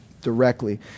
directly